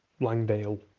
Langdale